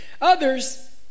Others